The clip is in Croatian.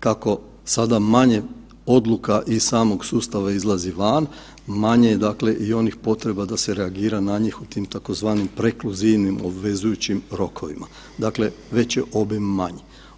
kako sada manje odluka iz samog sustava izlazi van, manje je dakle i onih potreba da se reagira na njih u tim, tzv. prekluzivnim obvezujućim rokovima, dakle, već je obim manji.